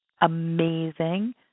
Amazing